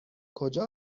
کجا